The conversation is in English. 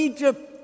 Egypt